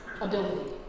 ability